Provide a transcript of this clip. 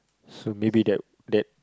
so maybe that that